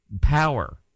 power